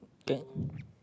can